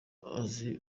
azi